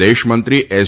વિદેશમંત્રી એસ